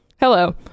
hello